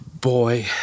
boy